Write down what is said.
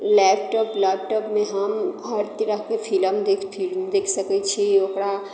laptop लैपटॉपमे हम हर तरहके फिलम देखि फिल्म देखि सकैत छी ओकरा